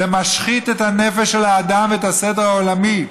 זה משחית את הנפש של האדם ואת הסדר העולמי,